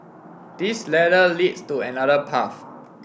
this ladder leads to another path